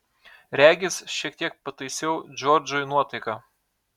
regis šiek tiek pataisiau džordžui nuotaiką